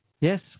Yes